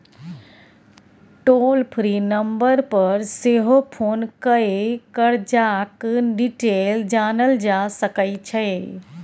टोल free number पर सेहो phone कए करजाक डिटेल जानल जा सकै छै